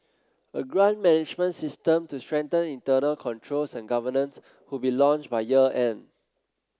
a grant management system to strengthen internal controls and governance would be launched by year end